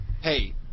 Hey